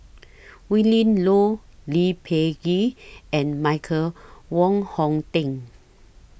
Willin Low Lee Peh Gee and Michael Wong Hong Teng